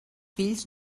fills